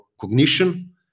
cognition